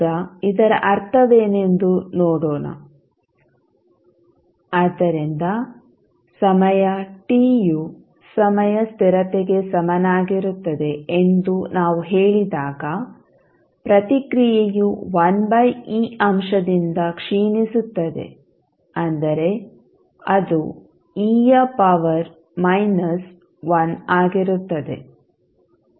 ಈಗ ಇದರ ಅರ್ಥವೇನೆಂದು ನೋಡೋಣ ಆದ್ದರಿಂದ ಸಮಯ t ಯು ಸಮಯ ಸ್ಥಿರತೆಗೆ ಸಮನಾಗಿರುತ್ತದೆ ಎಂದು ನಾವು ಹೇಳಿದಾಗ ಪ್ರತಿಕ್ರಿಯೆಯು 1e ಅಂಶದಿಂದ ಕ್ಷೀಣಿಸುತ್ತದೆ ಅಂದರೆ ಅದು e ಯ ಪವರ್ ಮೈನಸ್ 1 ಆಗಿರುತ್ತದೆ